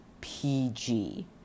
PG